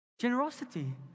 generosity